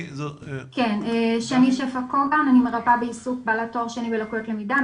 אני מרפאה בעיסוק בעלת תואר שני בלקויות למידה,